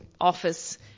office